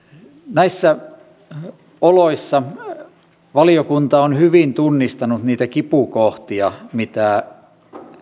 näissä oloissa valiokunta on hyvin tunnistanut niitä kipukohtia mitä